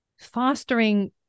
fostering